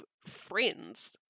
friends